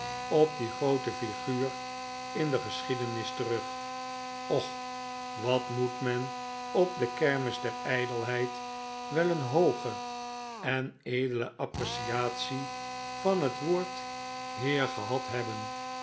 op die groote flguur in de geschiedenis terug och wat moet men op de kermis der ijdelheid wel een hooge en edele appreciatie van het woord heer gehad hebben